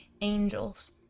angels